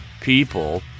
people